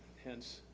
hence,